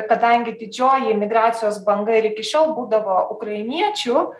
kadangi didžioji emigracijos banga ir iki šiol būdavo ukrainiečių